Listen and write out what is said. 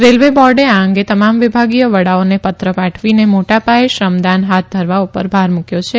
railway બોર્ડે આ અંગે તમામ વિભાગીય વડાઓને ત્ર ાઠવીને મોટા ભાયે શ્રમદાન હાથ ધરવા ૈર ભાર મુકથી છે